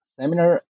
seminar